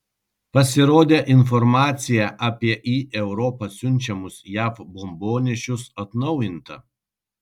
pasirodė informacija apie į europą siunčiamus jav bombonešius atnaujinta